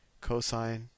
Cosine